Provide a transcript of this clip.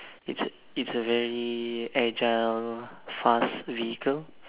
it's a very agile fast vehicle